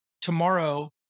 tomorrow